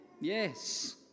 Yes